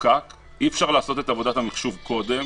אי-אפשר לעשות את עבודת המחשוב קודם,